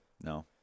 No